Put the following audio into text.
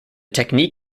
technique